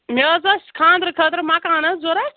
مےٚ حظ ٲسۍ خانٛدرٕ خٲطرٕ مَکان حظ ضرورَت